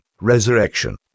resurrection